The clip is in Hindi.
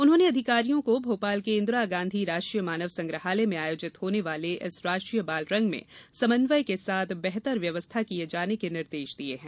उन्होंने अधिकारियों को भोपाल के इंदिरा गाँधी राष्ट्रीय मानव संग्रहालय में आयोजित होने वाले इस राष्ट्रीय बालरंग में समन्वय के साथ बेहतर व्यवस्था किये जाने के निर्देश दिये हैं